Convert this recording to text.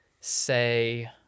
say